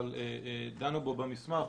אבל דנו בו במסמך,